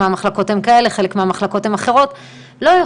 עוד תוכנית מהממת שמה לעשות, לא תוקצבה